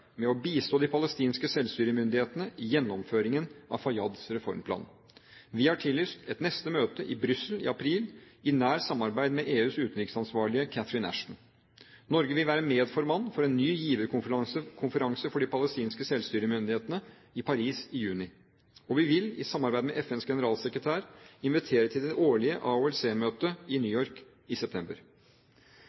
med å bistå de palestinske selvstyremyndighetene i gjennomføringen av Fayyads reformplan. Vi har tillyst et neste møte i Brussel i april i nært samarbeid med EUs utenriksansvarlige Catherine Ashton. Norge vil være medformann for en ny giverlandskonferanse for de palestinske selvstyremyndighetene i Paris i juni. Vi vil i samarbeid med FNs generalsekretær invitere til det årlige AHCL-møtet i New York i september.